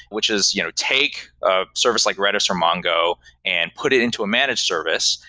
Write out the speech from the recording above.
which is you know take a service like redis or mongo and put it into a managed service,